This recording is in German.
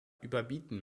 überbieten